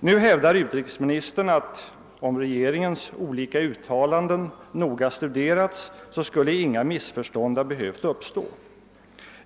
Nu hävdar utrikesministern att inga missförstånd skulle ha behövt uppstå, om regeringens olika uttalanden noga hade studerats.